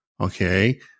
Okay